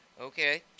Okay